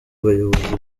abayobozi